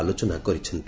ଆଲୋଚନା କରିଛନ୍ତି